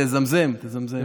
תזמזם, תזמזם.